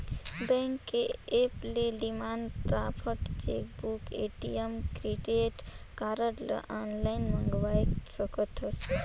bank के app ले demand draft, chequebook, ATM, credit card ल आनलाइन मंगवाये सकथस